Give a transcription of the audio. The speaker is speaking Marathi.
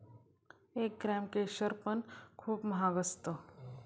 एक ग्राम केशर पण खूप महाग असते